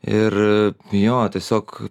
ir jo tiesiog